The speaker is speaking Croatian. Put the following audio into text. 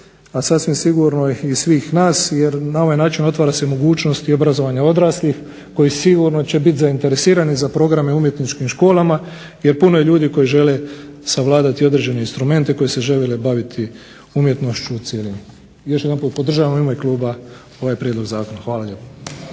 a sasvim sigurno i svih nas jer na ovaj način otvara se mogućnost i obrazovanja odraslih koji sigurno će biti zainteresirani za programe u umjetničkim školama jer puno je ljudi koji žele savladati određene instrumente, koji se žele baviti umjetnošću u cjelini. Još jedanput podržavam u ime kluba ovaj prijedlog zakona. Hvala lijepo.